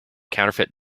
counterfeit